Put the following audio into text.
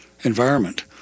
environment